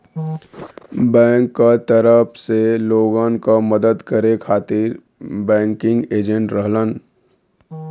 bank क तरफ से लोगन क मदद करे खातिर बैंकिंग एजेंट रहलन